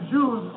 Jews